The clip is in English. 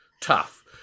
Tough